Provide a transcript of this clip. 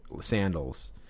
sandals